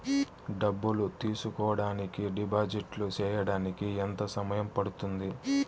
డబ్బులు తీసుకోడానికి డిపాజిట్లు సేయడానికి ఎంత సమయం పడ్తుంది